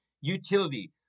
utility